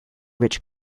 rich